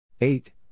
eight